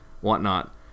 whatnot